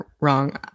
wrong